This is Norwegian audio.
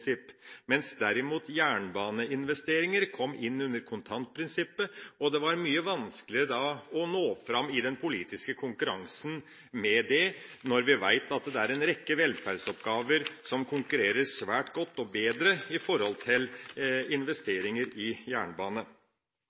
kontantprinsipp, mens derimot jernbaneinvesteringer kom inn under kontantprinsippet, og det var mye vanskeligere da å nå fram i den politiske konkurransen med det, når vi vet at det er en rekke velferdsoppgaver som konkurrerer svært godt og bedre i forhold til investeringer i jernbane.